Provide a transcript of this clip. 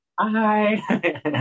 Hi